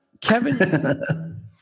Kevin